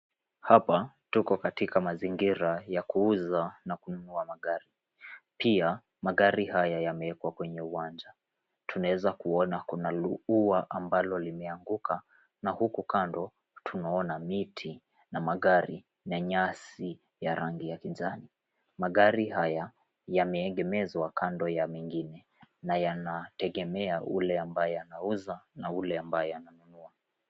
Hapa tuko katika mazingira ya kuuza na kununua magari. Pia, magari haya yameekwa kwenye uwanja. Tunaweza kuona kunalo ua ambalo limeanguka, na huku kando tunaona miti na magari na nyasi ya rangi ya kijani. Magari haya yameegemezwa kando ya mengine na yanategemea ule ambaye anauza.